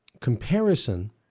comparison